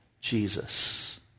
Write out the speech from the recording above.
Jesus